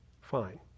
fine